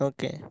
Okay